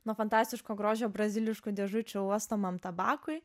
nuo fantastiško grožio braziliškų dėžučių uostomam tabakui